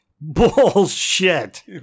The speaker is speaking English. Bullshit